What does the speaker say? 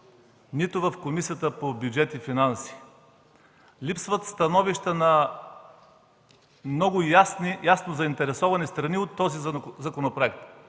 нито в Комисията по бюджет и финанси, липсват становища на ясно заинтересовани страни по този законопроект,